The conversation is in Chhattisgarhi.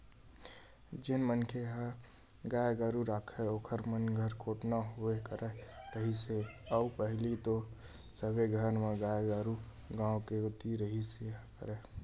जेन मनखे मन ह गाय गरु राखय ओखर मन घर कोटना होबे करत रिहिस हे अउ पहिली तो सबे घर म गाय गरु गाँव कोती रहिबे करय